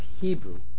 Hebrew